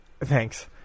Thanks